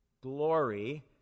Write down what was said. glory